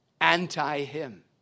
anti-him